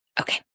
Okay